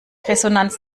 resonanz